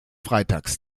freitags